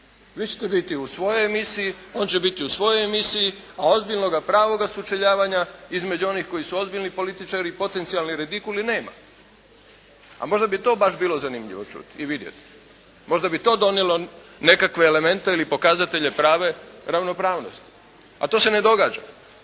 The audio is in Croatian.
Vi ćete biti u svojoj emisiji. On će biti u svojoj emisiji. A ozbiljnoga pravoga sučeljavanja između onih koji su ozbiljni političari i potencijalni redikuli nema. A možda bi to baš bilo zanimljivo čuti i vidjeti. Možda bi to donijelo nekakve elemente ili pokazatelje prave ravnopravnosti. A to se ne događa.